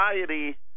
society